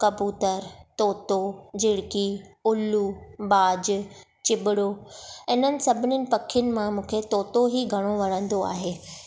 कबूतर तोतो झिरकी उल्लू बाज़ चिबड़ो हिननि सभिनि पखियुनि मां मूंखे तोतो ई घणो वणंदो आहे